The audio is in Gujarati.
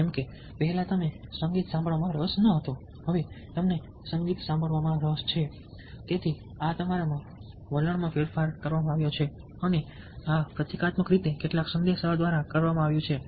જેમકે પહેલા તમને સંગીત સાંભળવામાં રસ ન હતો હવે તમને સંગીત સાંભળવામાં રસ છે તમારા વલણમાં ફેરફાર કરવામાં આવ્યો છે અને આ પ્રતીકાત્મક રીતે કેટલાક સંદેશાઓ દ્વારા કરવામાં આવ્યું છે